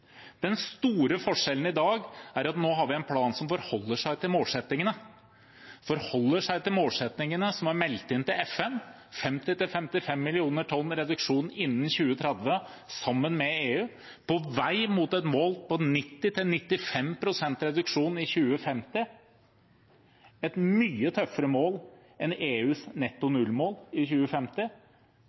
Den store forskjellen i dag er at nå har vi en plan som forholder seg til målsettingene som er meldt inn til FN, 50–55 millioner tonn reduksjon innen 2030 sammen med EU, på vei mot et mål på 90–95 pst. reduksjon i 2050 – et mye tøffere mål enn EUs netto null-mål i 2050.